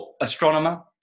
Astronomer